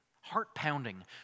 heart-pounding